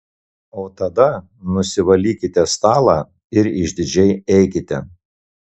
o tada nusivalykite stalą ir išdidžiai eikite